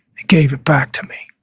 he gave it back to me.